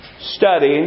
study